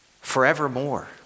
forevermore